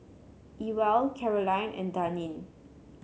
Ewell Caroline and Daneen